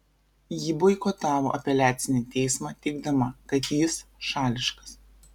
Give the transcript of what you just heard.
ji boikotavo apeliacinį teismą teigdama kad jis šališkas